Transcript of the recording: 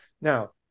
Now